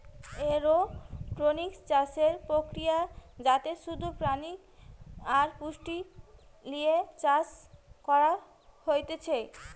aeroponics চাষের প্রক্রিয়া যাতে শুধু পানি আর পুষ্টি লিয়ে চাষ করা হতিছে